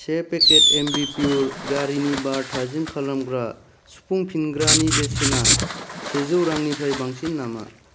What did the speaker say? से packet Ambipur गारिनि बार थाजिम खालामग्रा सुफुंफिनग्रानि बेसेना सेजौ रांनिफ्राय बांसिन नामा